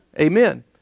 Amen